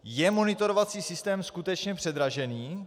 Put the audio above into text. Je monitorovací systém skutečně předražený?